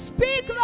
Speak